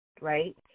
right